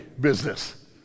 business